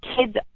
kids